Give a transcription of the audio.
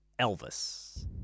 Elvis